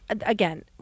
again